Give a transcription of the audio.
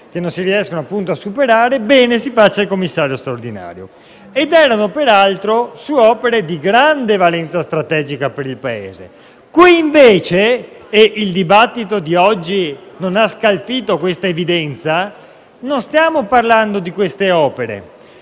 non si riescono a realizzare, si faccia il commissario straordinario. Ed erano previsti peraltro per opere di grande valenza strategica per il Paese. Qui invece, e il dibattito di oggi non ha scalfito questa evidenza, non stiamo parlando di queste opere